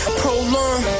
prolong